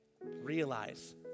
realize